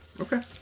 okay